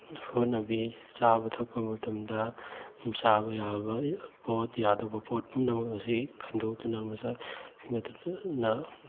ꯍꯣꯠꯅꯕꯤ ꯆꯥꯕ ꯊꯛꯄ ꯃꯇꯝꯗ ꯆꯥꯕ ꯌꯥꯕ ꯄꯣꯠ ꯌꯥꯗꯕ ꯄꯨꯝꯅꯃꯛ ꯑꯁꯤ ꯈꯟꯗꯣꯛꯇꯨꯅ ꯃꯆꯥꯁꯤꯡ ꯑꯗꯨꯅ